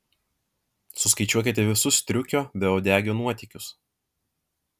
suskaičiuokite visus striukio beuodegio nuotykius